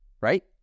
right